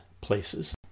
Places